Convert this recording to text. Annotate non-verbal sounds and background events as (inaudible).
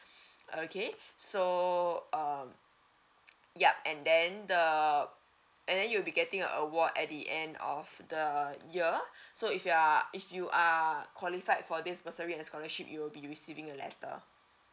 okay (breath) so um yup and then the and then you'll be getting a award at the end of the year (breath) so if you are if you are qualified for this bursary and scholarship you'll be receiving a letter